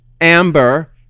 Amber